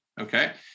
Okay